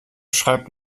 schreibt